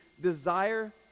desire